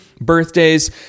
Birthdays